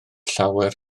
llawer